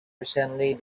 recently